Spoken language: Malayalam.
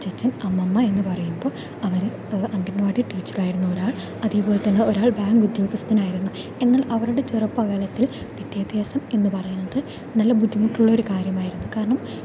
അച്ചച്ചൻ അമ്മമ്മ എന്ന് പറയുമ്പോൾ അവര് അഗൻവാടി ടീച്ചറായിരുന്നു ഒരാൾ അതേപോലെ തന്നേ ഒരാൾ ബേങ്ക് ഉദ്യോഗസ്ഥനായിരുന്നു എന്നാൽ അവരുടെ ചെറുപ്പകാലത്തിൽ വിദ്യാഭ്യാസം എന്ന് പറയുന്നത് നല്ല ബുദ്ധിമുട്ടുള്ള ഒരു കാര്യമായിരുന്നു കാരണം